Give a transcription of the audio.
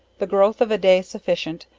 the growth of a day sufficient,